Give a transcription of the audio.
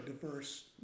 diverse